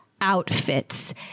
Outfits